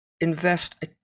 invest